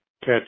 catch